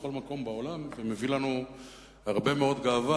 בכל מקום בעולם ומביא לנו הרבה מאוד גאווה.